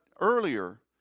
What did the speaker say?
earlier